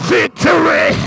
victory